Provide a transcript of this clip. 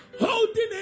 holding